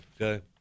Okay